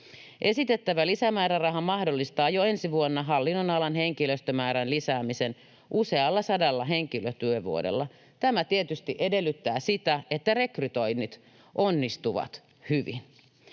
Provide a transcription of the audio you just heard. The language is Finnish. Esitettävä lisämääräraha mahdollistaa jo ensi vuonna hallinnonalan henkilöstömäärän lisäämisen usealla sadalla henkilötyövuodella. Tämä tietysti edellyttää sitä, että rekrytoinnit onnistuvat hyvin.